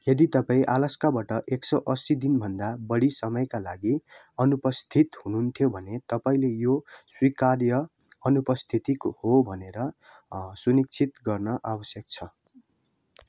यदि तपाईँ अलास्काबाट एक सौ असी दिनभन्दा बढी समयका लागि अनुपस्थित हुनुहुन्थ्यो भने तपाईँले यो स्वीकार्य अनुपस्थितिको हो भनेर सुनिश्चित गर्न आवश्यक छ